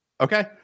okay